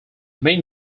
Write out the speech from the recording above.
main